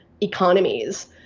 economies